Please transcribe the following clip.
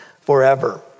forever